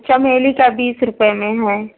चमेली का बीस रुपये में है